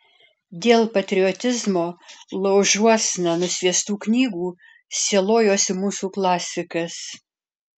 dėl patriotizmo laužuosna nusviestų knygų sielojosi mūsų klasikas